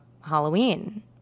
Halloween